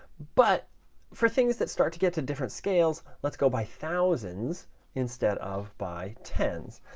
but for things that start to get to different scales, let's go by thousands instead of by tens.